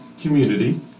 community